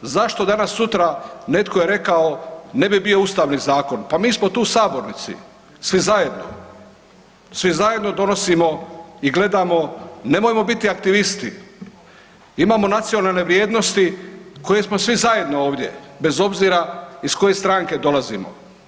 Zašto danas sutra, netko je rekao ne bi bio ustavni zakon, pa mi smo tu u sabornici, svi zajedno, svi zajedno donosimo i gledamo, nemojmo biti aktivisti, imamo nacionalne vrijednosti koje smo svi zajedno ovdje bez obzira iz koje stranke dolazimo.